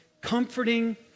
comforting